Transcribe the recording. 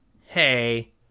hey